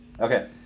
Okay